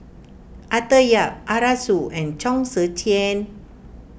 Arthur Yap Arasu and Chong Tze Chien